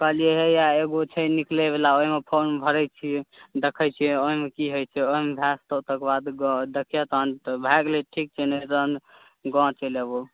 कहलियै हइया एगो छै निकलैवला ओहिमे फॉर्म भरैत छियै देखै छियै ओहिमे की होइत छै ओहिमे भए जेतहु तकर बाद गाम देखिहक तहन भए गेलै तऽ ठीक छै नहि तहन गाम चलि अयबौ